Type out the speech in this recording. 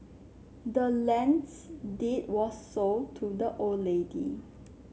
the land's deed was sold to the old lady